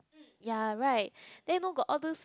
ya right then know got all those